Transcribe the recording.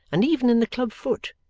and even in the club-foot,